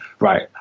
right